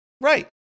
Right